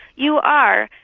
you are,